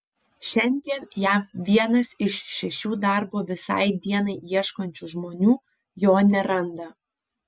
šiandien jav vienas iš šešių darbo visai dienai ieškančių žmonių jo neranda